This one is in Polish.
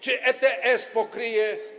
Czy ETS pokryje?